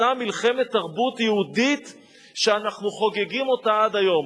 אותה מלחמת תרבות יהודית שאנחנו חוגגים אותה עד היום,